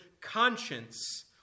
conscience